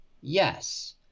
Yes